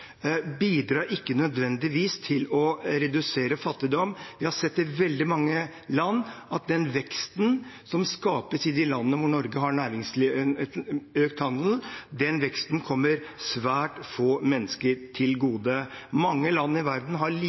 bidrar ikke nødvendigvis til å redusere fattigdom. I veldig mange land har vi sett at veksten som skapes i landene hvor Norge har økt handelen, kommer svært få mennesker til gode. Mange land i verden har